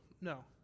No